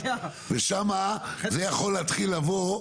ושם זה יכול להתחיל לבוא,